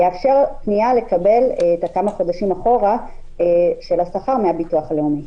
לאפשר פנייה לקבל את השכר של כמה חודשים אחורה מן הביטוח הלאומי.